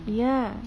ya